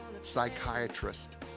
psychiatrist